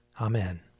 Amen